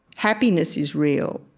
happiness is real.